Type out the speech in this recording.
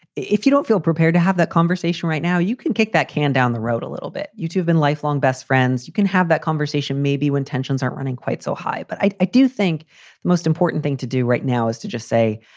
if you don't feel prepared to have that conversation right now, you can kick that can down the road a little bit. you have been lifelong best friends. you can have that conversation maybe when tensions are running quite so high. but i i do think the most important thing to do right now is to just say,